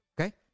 Okay